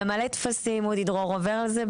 ממלא טפסים, אודי דרור עובר על זה.